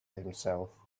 himself